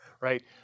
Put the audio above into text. right